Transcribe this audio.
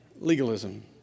legalism